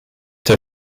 der